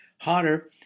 hotter